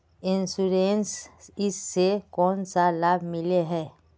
Insurance इस से कोन सा लाभ मिले है?